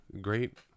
Great